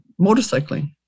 motorcycling